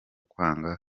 kwanga